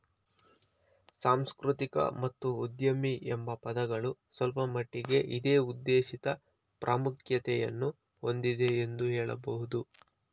ಸಾಂಸ್ಕೃತಿಕ ಮತ್ತು ಉದ್ಯಮಿ ಎಂಬ ಪದಗಳು ಸ್ವಲ್ಪಮಟ್ಟಿಗೆ ಇದೇ ಉದ್ದೇಶಿತ ಪ್ರಾಮುಖ್ಯತೆಯನ್ನು ಹೊಂದಿದೆ ಎಂದು ಹೇಳಬಹುದು